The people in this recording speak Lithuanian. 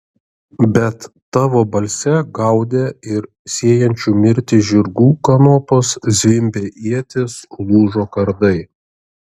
bet tavo balse gaudė ir sėjančių mirtį žirgų kanopos zvimbė ietys lūžo kardai